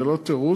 זה לא תירוץ,